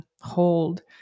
hold